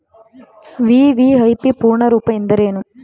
VVIP ಪೂರ್ಣ ರೂಪ ಎಂದರೇನು?